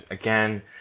again